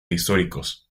históricos